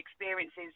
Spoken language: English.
experiences